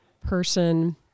person